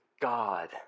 God